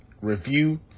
review